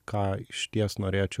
ką išties norėčiau